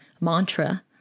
mantra